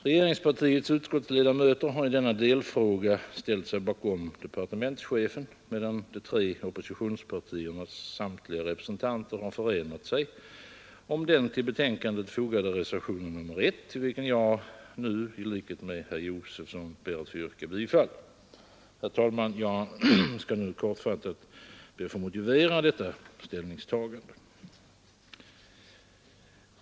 Regeringspartiets utskottsledamöter har i denna delfråga ställt sig bakom departementschefen, medan de tre oppositionspartiernas samtliga representanter förenat sig om den till betänkandet fogade reservationen 1, till vilken jag i likhet med herr Josefson i Arrie ber att få yrka bifall. Jag skall nu, herr talman, kortfattat motivera detta ställningstagande.